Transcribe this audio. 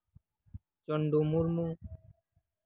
ᱪᱚᱱᱰᱩ Murmu